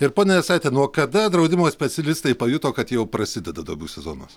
ir ponia jasaite nuo kada draudimo specialistai pajuto kad jau prasideda duobių sezonas